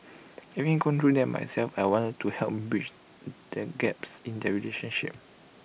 having gone through that myself I want to help bridge the gaps in their relationship